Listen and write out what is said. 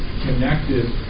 connected